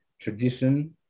tradition